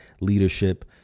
leadership